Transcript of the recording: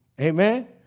Amen